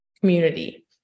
community